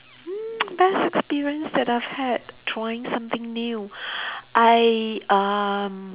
mm best experience that I've had trying something new I um